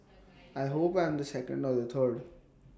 I hope I'm the second or the third